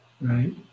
right